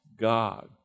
God